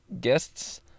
Guests